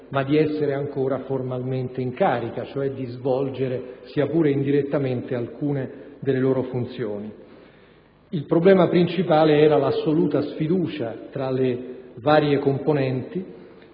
ma ancora formalmente in carica, cioè di svolgere sia pure indirettamente alcune delle loro funzioni. Il problema principale era l'assoluta sfiducia tra le varie componenti,